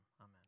Amen